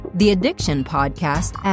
theaddictionpodcast